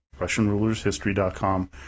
RussianRulersHistory.com